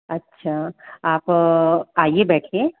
अच्छा आप आइये बैठिये